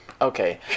Okay